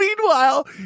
Meanwhile